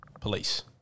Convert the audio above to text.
police